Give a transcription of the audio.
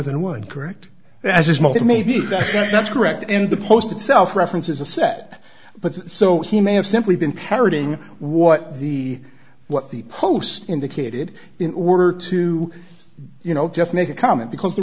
than one correct as is most maybe that's correct and the post itself references a set but so he may have simply been parroting what the what the post indicated in order to you know just make a comment because the